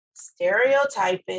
Stereotyping